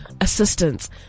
assistance